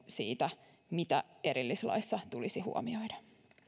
siitä mitä erillislaissa tulisi huomioida